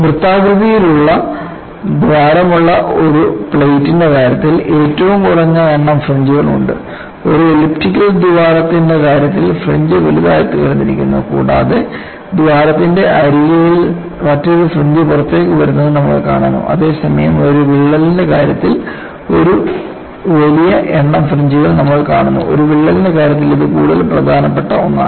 വൃത്താകൃതിയിൽ ദ്വാരമുള്ള ഒരു പ്ലേറ്റിന്റെ കാര്യത്തിൽ ഏറ്റവും കുറഞ്ഞ എണ്ണം ഫ്രിഞ്ച്കൾ ഉണ്ട് ഒരു എലിപ്റ്റിക്കൽ ദ്വാരത്തിന്റെ കാര്യത്തിൽ ഫ്രിഞ്ച് വലുതായിത്തീർന്നിരിക്കുന്നു കൂടാതെ ദ്വാരത്തിന്റെ അരികിൽ മറ്റൊരു ഫ്രിഞ്ച് പുറത്തേക്ക് വരുന്നതും നമ്മൾ കാണുന്നു അതേസമയം ഒരു വിള്ളലിന്റെ കാര്യത്തിൽ ഒരു വലിയ എണ്ണം ഫ്രിഞ്ച്കൾ നമ്മൾ കാണുന്നു ഒരു വിള്ളലിന്റെ കാര്യത്തിൽ ഇത് കൂടുതൽ പ്രധാനപ്പെട്ട ഒന്നാണ്